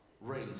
raise